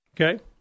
Okay